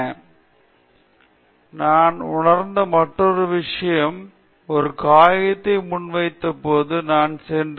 மாநாட்டில் நான் உணர்ந்த இன்னொரு விஷயம் ஒரு காகிதத்தை முன்வைத்தபோது நான் சென்றேன்